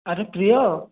ଆରେ ପ୍ରିୟ